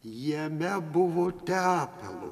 jame buvo tepalo